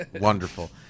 wonderful